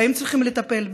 בהם צריכים לטפל,